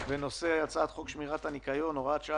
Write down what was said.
בנושא: הצעת חוק שמירת הניקיון (הוראת שעה